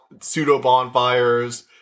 pseudo-bonfires